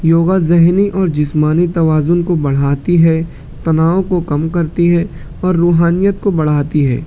یوگا ذہنی اور جسمانی توازن کو بڑھاتی ہے تناؤ کو کم کرتی ہے اور روحانیت کو بڑھاتی ہے